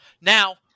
Now